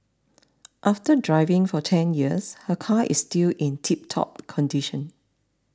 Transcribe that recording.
after driving for ten years her car is still in tiptop condition